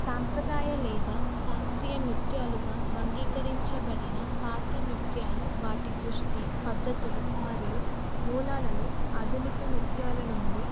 సాంప్రదాయ లేదా శాస్త్రీయ నృత్యాలుగా భంగీకరించబడిన పాత నృత్యాలు వాటి దృష్టి పద్ధతులు మరియు మూలాలలో ఆధునిక నృత్యాల నుండి